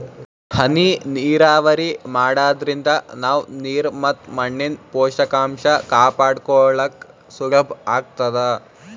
ಹನಿ ನೀರಾವರಿ ಮಾಡಾದ್ರಿಂದ ನಾವ್ ನೀರ್ ಮತ್ ಮಣ್ಣಿನ್ ಪೋಷಕಾಂಷ ಕಾಪಾಡ್ಕೋಳಕ್ ಸುಲಭ್ ಆಗ್ತದಾ